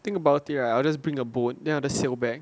think about it right I'll just bring a boat then I'll just sail back